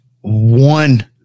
one